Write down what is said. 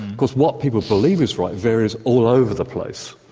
because what people believe is right varies all over the place,